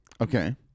okay